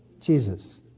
Jesus